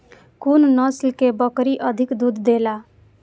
कुन नस्ल के बकरी अधिक दूध देला?